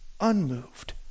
unmoved